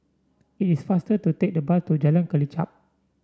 it is faster to take the bus to Jalan Kelichap